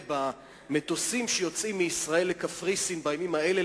במטוסים שיוצאים מישראל לקפריסין בימים האלה,